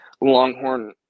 Longhorn